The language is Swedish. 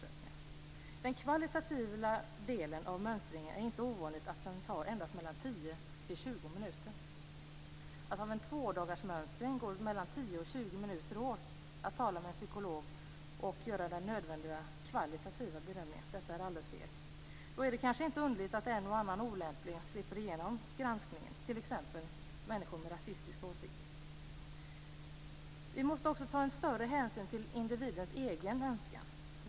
När det gäller den kvalitativa delen av mönstringen är det inte ovanligt att den endast tar mellan tio och tjugo minuter. Under en tvådagarsmönstring går alltså mellan tio och tjugo minuter åt till att tala med en psykolog som skall göra den nödvändiga kvalitativa bedömningen. Detta är alldeles fel. Då är det kanske inte underligt att en och annan olämplig slipper igenom granskningen. Det gäller t.ex. människor med rasistiska åsikter. Vi måste också ta större hänsyn till individens egen önskan.